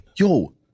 Yo